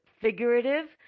figurative